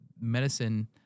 medicine